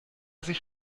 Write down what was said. sich